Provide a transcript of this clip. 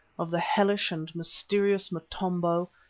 of the hellish and mysterious motombo,